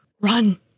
run